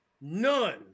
none